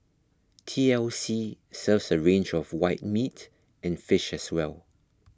T L C serves a range of white meat and fish as well